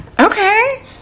Okay